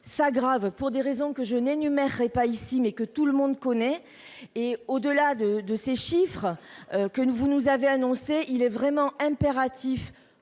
s'aggrave pour des raisons que je n'énumère re-pas ici mais que tout le monde connaît et au delà de de ces chiffres que nous vous nous avez annoncé, il est vraiment impératif